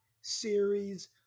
series